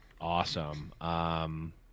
awesome